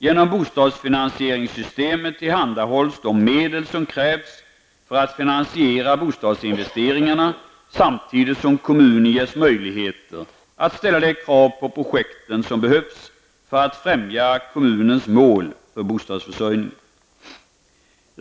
Genom bostadsfinansieringssystemet tillhandahålls de medel som krävs för att finansiera bostadsinvesteringarna, samtidigt som kommunen ges möjligheter att ställa de krav på projekten som behövs för att främja kommunens mål för bostadsförsörjningen.